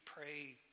pray